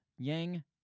Yang